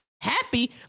happy